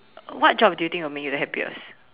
what job do you think will make you the happiest